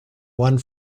one